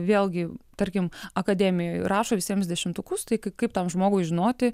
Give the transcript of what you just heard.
vėlgi tarkim akademijoje rašo visiems dešimtukus tai kai kaip tam žmogui žinoti